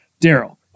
Daryl